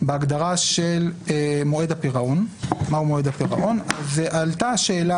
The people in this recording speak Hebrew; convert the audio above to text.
בהגדרה מהו "מועד הפירעון" עלתה השאלה